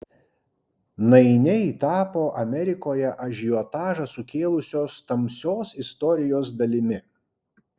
nainiai tapo amerikoje ažiotažą sukėlusios tamsios istorijos dalimi